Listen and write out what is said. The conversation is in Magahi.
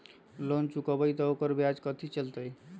लोन चुकबई त ओकर ब्याज कथि चलतई?